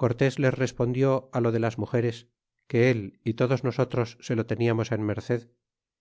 cortes les respondió lo de las mugeres que él y todos nosotros se lo tentamos en merced